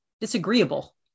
disagreeable